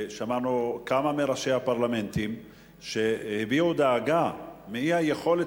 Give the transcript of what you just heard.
שמענו כמה מראשי הפרלמנטים שהביעו דאגה מאי-היכולת